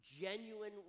genuine